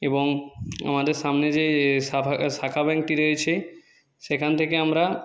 এবং আমাদের সামনে যে শাখা ব্যাংকটি রয়েছে সেখান থেকে আমরা